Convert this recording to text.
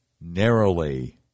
narrowly